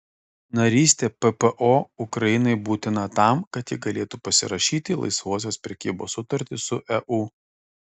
narystė ppo ukrainai būtina tam kad ji galėtų pasirašyti laisvosios prekybos sutartį su eu